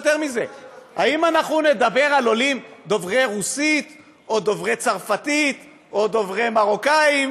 האם אנחנו נדבר על עולים דוברי רוסית או דוברי צרפתית או דוברי מרוקנית,